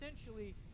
essentially